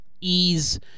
ease